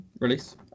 release